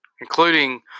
including